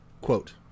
Quote